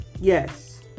Yes